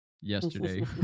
Yesterday